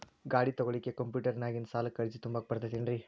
ಗಾಡಿ ತೊಗೋಳಿಕ್ಕೆ ಕಂಪ್ಯೂಟೆರ್ನ್ಯಾಗಿಂದ ಸಾಲಕ್ಕ್ ಅರ್ಜಿ ತುಂಬಾಕ ಬರತೈತೇನ್ರೇ?